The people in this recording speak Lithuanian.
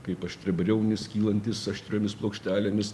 kaip aštriabriaunis kylantis aštriomis plokštelėmis